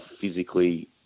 physically